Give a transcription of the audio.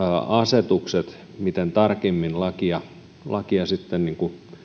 asetukset miten tarkemmin lakia lakia sitten